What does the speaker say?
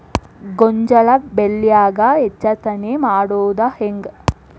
ಗೋಂಜಾಳ ಬೆಳ್ಯಾಗ ಹೆಚ್ಚತೆನೆ ಮಾಡುದ ಹೆಂಗ್?